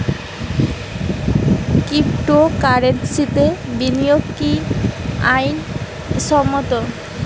ক্রিপ্টোকারেন্সিতে বিনিয়োগ কি আইন সম্মত?